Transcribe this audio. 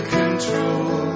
control